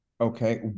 Okay